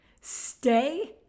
Stay